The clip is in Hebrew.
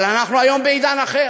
אבל אנחנו היום בעידן אחר.